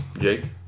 Jake